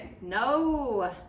no